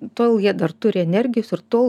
tol jie dar turi energijos ir tol